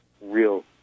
real